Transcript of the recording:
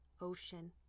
ocean